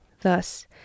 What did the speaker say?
Thus